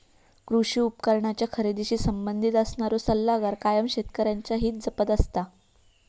कृषी उपकरणांच्या खरेदीशी संबंधित असणारो सल्लागार कायम शेतकऱ्यांचा हित जपत असता